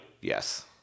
Yes